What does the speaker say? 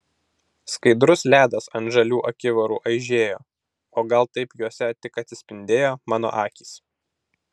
skaidrus ledas ant žalių akivarų aižėjo o gal taip juose tik atsispindėjo mano akys